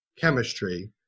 chemistry